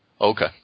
Okay